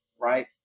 right